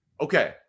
Okay